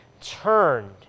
turned